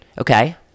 Okay